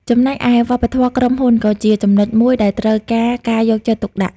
ចំណែកឯ វប្បធម៌ក្រុមហ៊ុន ក៏ជាចំណុចមួយដែលត្រូវការការយកចិត្តទុកដាក់។